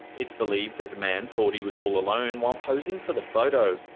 it's believed that the man thought he was all alone, while posing for the photo,